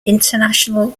international